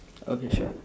okay sure